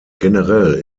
generell